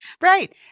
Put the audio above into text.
Right